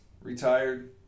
retired